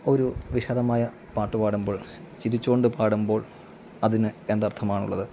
ഒരു വിഷാദമായ പാട്ടുപാടുമ്പോൾ ചിരിച്ചുകൊണ്ട് പാടുമ്പോൾ അതിന് എന്തർത്ഥമാണുള്ളത്